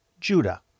Judah